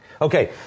Okay